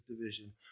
division